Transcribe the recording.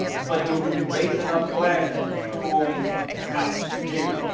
but you'll you'll raise enough flags, and it's going to happen, period.